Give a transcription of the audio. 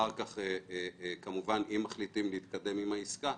אם אחר כך מחליטים להתקדם עם העסקה,